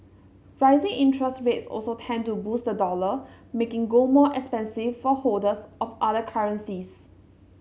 rising interest rates also tend to boost the dollar making gold more expensive for holders of other currencies